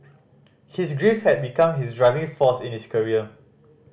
his grief had become his driving force in his career